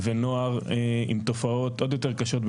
ונוער עם תופעות עוד יותר קשות,